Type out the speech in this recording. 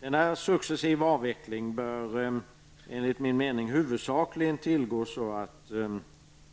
Denna successiva avveckling bör, enligt min mening, huvudsakligen tillgå så att